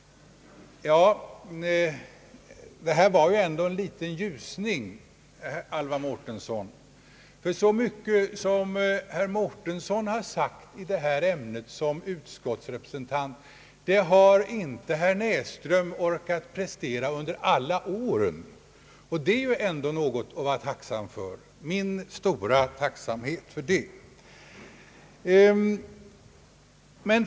Det här var ju ändå en liten ljusning, Alvar Mårtensson. Så mycket som herr Mårtensson har sagt i detta ämne som ut skottsrepresentant har inte herr Näsström orkat prestera under alla år, och det är ju ändå något att vara tacksam för.